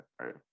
Right